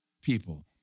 people